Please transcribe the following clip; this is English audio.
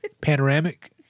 Panoramic